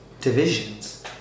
divisions